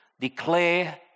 declare